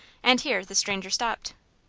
and here the stranger stopped.